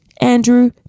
Andrew